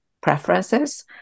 preferences